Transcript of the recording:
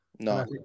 No